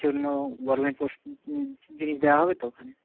জন্য গরমের জিনিস দেওয়া হবে তো ওখানে